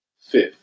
Fifth